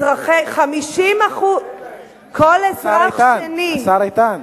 השר איתן.